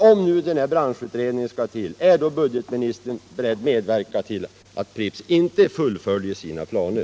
Om en sådan branschutredning ändå skall tillsättas, är budgetministern i så fall beredd medverka till att Pripps inte fullföljer sina planer?